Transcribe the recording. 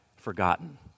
forgotten